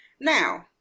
Now